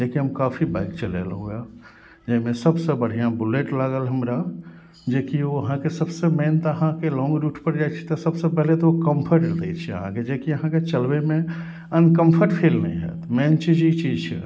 जेकि हम काफी बाइक चलेलहुॅं हँ जाहिमे सबसे बढ़िऑं बुलेट लागल हमरा जेकि ओ अहाँके सबसे मेन तऽ अहाँके लॉन्ग रूट पर जाइ छी तऽ सबसे पहिले तऽ ओ कम्फर्ट दै छै अहाँके जेकि अहाँके चलबैमे अनकम्फर्ट फील नहि होयत मेन चीज ई चीज छै